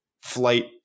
flight